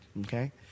Okay